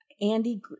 Andy